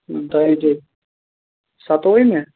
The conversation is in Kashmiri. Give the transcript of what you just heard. دۄے دۄہہِ سَتووُہِمہِ ہے